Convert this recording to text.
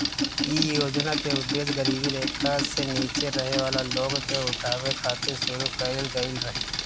इ योजना के उद्देश गरीबी रेखा से नीचे रहे वाला लोग के उठावे खातिर शुरू कईल गईल रहे